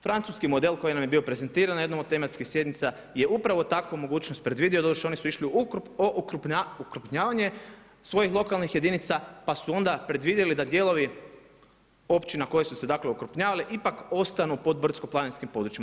Francuski model koji nam je bio prezentiran na jednoj od tematskih sjednica je upravo takvu mogućnost predvidio, doduše oni su išli u okrupnjavanje svojih lokalnih jedinica pa su onda predvidjeli da dijelovi općina koje su se dakle okrupnjavale ipak ostanu pod brdsko-planinskim područjima.